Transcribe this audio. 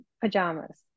pajamas